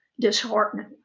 disheartening